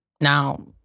Now